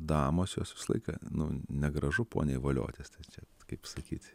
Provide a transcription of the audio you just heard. damos jos visą laiką nu negražu poniai voliotis tai čia kaip sakyti